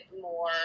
more